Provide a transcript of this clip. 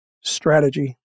strategy